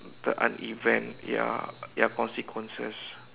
the unevent~ ya ya consequences